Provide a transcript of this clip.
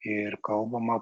ir kalbama